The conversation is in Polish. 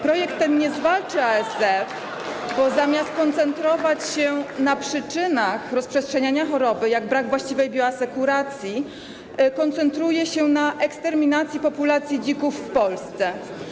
Projekt ten nie zwalcza ASF, bo zamiast koncentrować się na przyczynach rozprzestrzeniania choroby, takich jak brak właściwej bioasekuracji, koncentruje się na eksterminacji populacji dzików w Polsce.